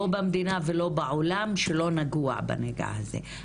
במדינה הזאת ולא בכל העולם שלא נגוע בנגע הזה.